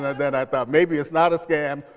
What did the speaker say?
then i thought maybe it's not a scam.